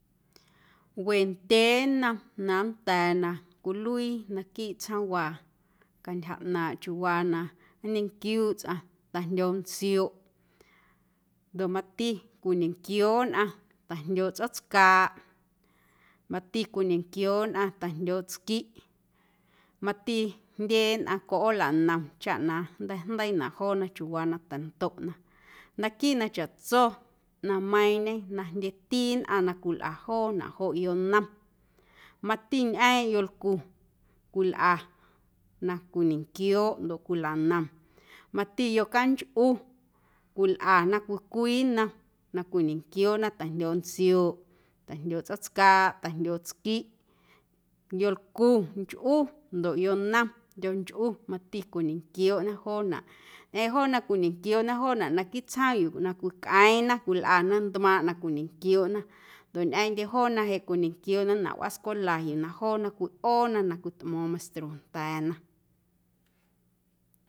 Wendyee nnom na nnda̱a̱ na cwiluii naquiiꞌ tsjoomwaa cantyja ꞌnaaⁿꞌ chiuuwa na nñequiuuꞌ tsꞌaⁿ ta̱jndyoo ntsioꞌ ndoꞌ mati cwiñequiooꞌ nnꞌaⁿ ta̱jndyooꞌ tsꞌoom tscaaꞌ mati cwiñequiooꞌ nnꞌaⁿ ta̱jndyooꞌ tsquiꞌ mati jndye nnꞌaⁿ coꞌooleinom chaꞌ na nnteijndeiinaꞌ joona chiuuwaa na tandoꞌna naquiiꞌ na chaꞌtso ꞌnaⁿmeiiⁿñe na jndyeti nnꞌaⁿ na cwilꞌa joonaꞌ joꞌ yonom mati ñꞌeeⁿꞌ yolcu cwilꞌa na cwiñequiooꞌ ndoꞌ cwilweinom mati yocanchꞌu cwilꞌana cwii cwii nnom na cwiñequiooꞌna ta̱jndyooꞌ ntsioꞌ, ta̱jndyooꞌ tsꞌoom tscaaꞌ. ta̱jndyooꞌ tsquiꞌ yolcu nchꞌu ndoꞌ yonom yonchꞌu mati cwiñenquiooꞌna joonaꞌ ñꞌeⁿꞌ joona cwiñequiooꞌna joonaꞌ naquiiꞌ tsjoom yuu na cwicꞌeeⁿna cwilꞌana ntmaaⁿꞌ na cwiñequiooꞌna ndoꞌ ñꞌeeⁿꞌndye joonaꞌ jeꞌ cwiñequiooꞌnanaꞌ wꞌaa scwela yuu na joona cwiꞌoona na cwitmo̱o̱ⁿ meistro nda̱a̱na.